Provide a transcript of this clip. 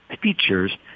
features